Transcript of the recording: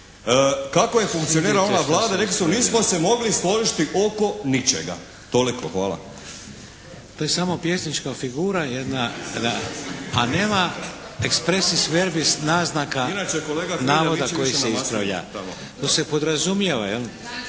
kako je funkcionirala ona Vlada rekli su nismo se mogli složiti oko ničega. Toliko. Hvala. **Šeks, Vladimir (HDZ)** To je samo pjesnička figura jedna, a nema ekspresis verbis naznaka navoda koji se ispravlja. To se podrazumijeva.